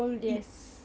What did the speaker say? yes